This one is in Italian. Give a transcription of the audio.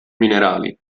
minerali